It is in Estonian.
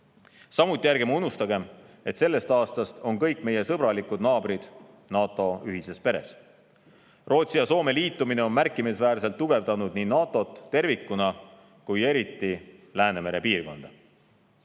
Samuti ärgem unustagem, et sellest aastast on kõik meie sõbralikud naabrid NATO ühises peres. Rootsi ja Soome liitumine on märkimisväärselt tugevdanud NATO-t tervikuna, eriti aga Läänemere piirkonda.